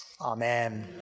Amen